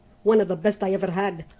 one o' the best i ever had.